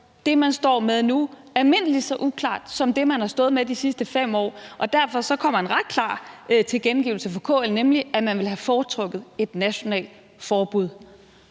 det, man står med nu, mindst lige så uklart som det, man har stået med de sidste 5 år. Derfor kom der en ret klar tilkendegivelse fra KL, nemlig at man ville have foretrukket et nationalt forbud.